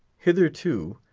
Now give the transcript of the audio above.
hitherto,